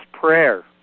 prayer